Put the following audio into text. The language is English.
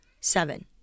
Seven